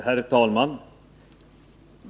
Herr talman!